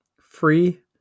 free